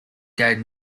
gate